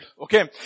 Okay